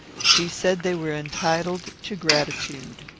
she said they were entitled to gratitude.